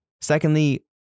Secondly